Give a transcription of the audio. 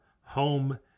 home